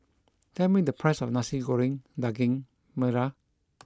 tell me the price of Nasi Goreng Daging Merah